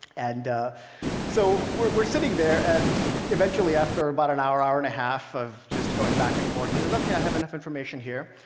and so we're sitting there, and eventually after about an hour, hour and a half of just going back and forth, he says, okay, i have enough information here.